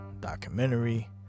documentary